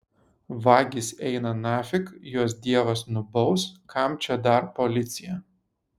vagys eina nafig juos dievas nubaus kam čia dar policija